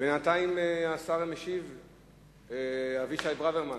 בינתיים, השר אבישי ברוורמן